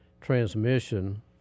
transmission